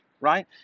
right